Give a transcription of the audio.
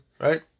right